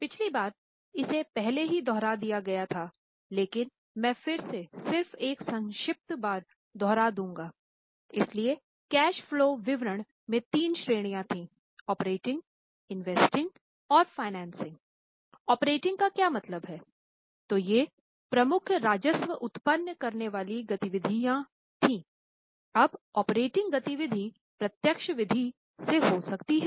पिछली बार इसे पहले ही दोहरा दिया था लेकिन मैं फिर से सिर्फ एक संक्षिप्त बार दोहरा दूँगा इसलिए कैश फलो विवरण में तीन श्रेणियां थीं ऑपरेटिंग गतिविधियों प्रत्यक्ष विधि से हो सकती है